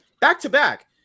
Back-to-back